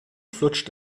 flutscht